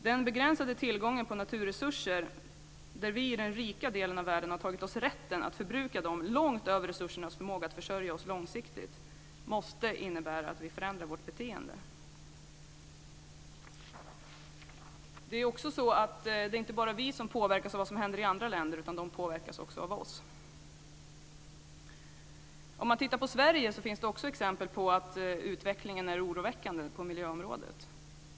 Den begränsade tillgången på naturresurser - vi i den rika delen av världen har tagit oss rätten att förbruka dem långt över resursernas förmåga att försörja oss långsiktigt - måste innebära att vi förändrar vårt beteende. Det är inte bara vi som påverkas av vad som händer i andra länder, utan andra länder påverkas också av oss. Man kan titta på Sverige. Det finns exempel på att utvecklingen är oroväckande på miljöområdet.